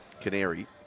Canary